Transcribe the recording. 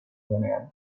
duenean